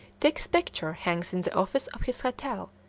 tix's picture hangs in the office of his hotel,